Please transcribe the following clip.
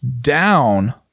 Down